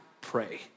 pray